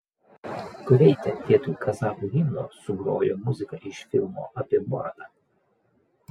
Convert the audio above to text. kuveite vietoj kazachų himno sugrojo muziką iš filmo apie boratą